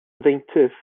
ddeintydd